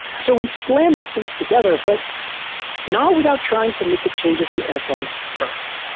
so we slammed these things together, but not without trying to make the changes in airflow first.